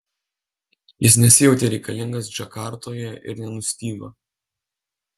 jis nesijautė reikalingas džakartoje ir nenustygo